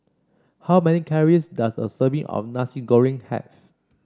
how many calories does a serving of Nasi Goreng have